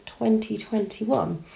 2021